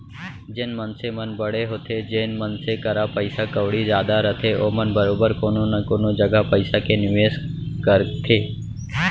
जेन मनसे मन बड़े होथे जेन मनसे करा पइसा कउड़ी जादा रथे ओमन बरोबर कोनो न कोनो जघा पइसा के निवेस करथे